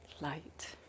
light